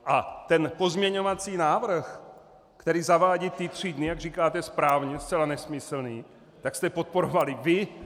A pozměňovací návrh, který zavádí tři dny, jak říkáte správně, zcela nesmyslný, tak jste podporovali vy.